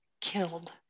killed